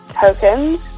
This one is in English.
tokens